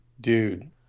Dude